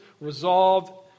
resolved